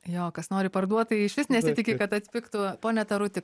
jo kas nori parduot tai išvis nesitiki kad atpigtų pone taruti